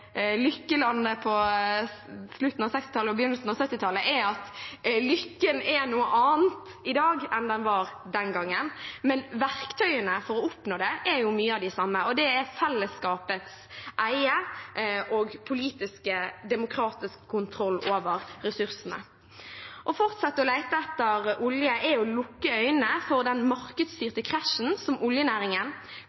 begynnelsen av 1970-tallet er at lykken er noe annet i dag enn den var den gangen. Men verktøyene for å oppnå det er mye av de samme, nemlig fellesskapets eie og politisk demokratisk kontroll over ressursene. Å fortsette å lete etter olje er å lukke øynene for